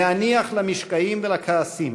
להניח למשקעים ולכעסים,